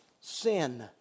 sin